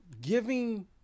giving